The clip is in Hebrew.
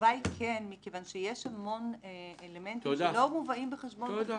התשובה היא כן מכיוון שיש המון אלמנטים שלא מובאים בחשבון בשכר.